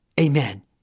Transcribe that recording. Amen